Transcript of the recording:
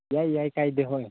ꯌꯥꯏ ꯌꯥꯏ ꯀꯥꯏꯗꯦ ꯍꯣꯏ